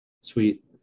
Sweet